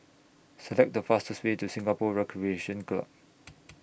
Select The fastest Way to Singapore Recreation Club